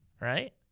right